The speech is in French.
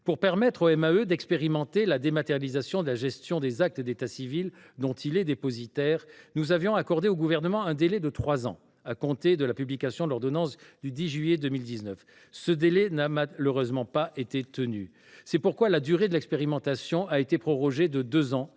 Pour permettre au MEAE d’expérimenter la dématérialisation de la gestion des actes d’état civil dont il est dépositaire, nous avions accordé au Gouvernement un délai de trois ans à compter de la publication de l’ordonnance du 10 juillet 2019. Ce délai n’a malheureusement pas été tenu. C’est pourquoi la durée de l’expérimentation a été prorogée de deux ans